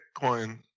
Bitcoin